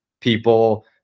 people